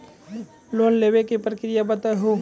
Loan लेवे के प्रक्रिया बताहू?